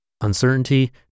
Uncertainty